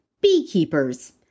beekeepers